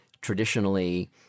traditionally